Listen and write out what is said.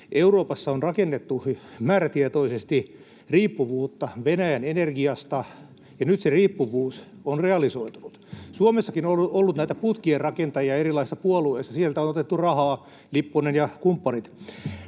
Euroopassa on rakennettu määrätietoisesti riippuvuutta Venäjän energiasta, ja nyt se riippuvuus on realisoitunut. Suomessakin on ollut näitä putkien rakentajia erilaisissa puolueissa, sieltä on otettu rahaa, Lipponen ja kumppanit,